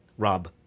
Rob